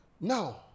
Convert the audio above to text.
Now